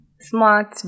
Smart